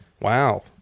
Wow